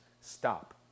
stop